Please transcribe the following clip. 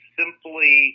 simply